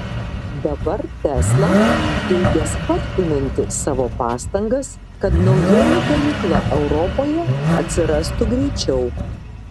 dabar tesla teigia spartinanti savo pastangas kad naujoji gamykla europoje atsirastų greičiau